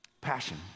Passion